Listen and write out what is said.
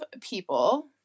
people